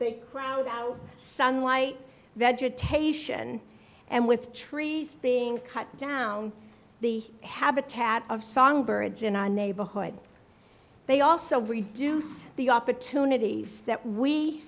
big crowd out sunlight vegetation and with trees being cut down the habitat of songbirds in our neighborhood they also reduce the opportunities that we